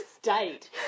state